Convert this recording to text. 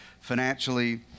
financially